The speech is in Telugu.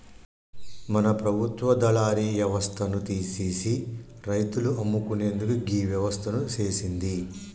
మన ప్రభుత్వ దళారి యవస్థను తీసిసి రైతులు అమ్ముకునేందుకు గీ వ్యవస్థను సేసింది